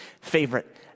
favorite